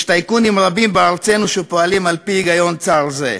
יש טייקונים רבים בארצנו שפועלים על-פי היגיון צר זה.